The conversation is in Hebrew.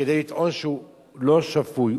כדי לטעון שהוא לא שפוי.